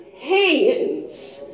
hands